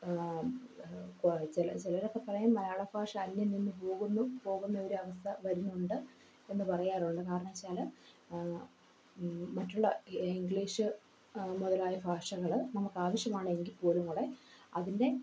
ഇപ്പോൾ ചില ചിലരൊക്കെ പറയും മലയാള ഭാഷ അന്യം നിന്നുപോകുന്നു പോകുന്ന ഒരവസ്ഥ വരുന്നുണ്ട് എന്നു പറയാറുണ്ട് കാരണം എന്നു വച്ചാൽ മറ്റുള്ള ഇംഗ്ലീഷ് മുതലായ ഭാഷകൾ നമുക്കാവശ്യമാണ് എങ്കിൽപ്പോലും നമ്മുടെ അതിൻ്റെ